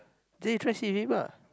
then you try sit with him lah